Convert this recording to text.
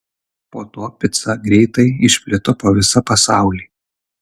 po to pica greitai išplito po visą pasaulį